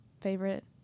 favorite